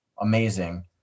amazing